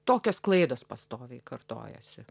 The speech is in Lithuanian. tokios klaidos pastoviai kartojasi